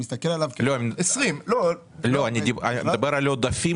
2020. אני מדבר על עודפים